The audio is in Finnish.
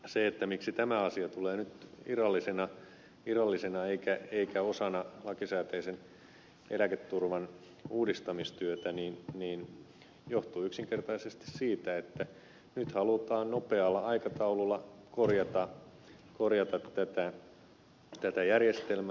se miksi tämä asia tulee nyt irrallisena eikä osana lakisääteisen eläketurvan uudistamistyötä johtuu yksinkertaisesti siitä että nyt halutaan nopealla aikataululla korjata tätä järjestelmää